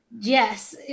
Yes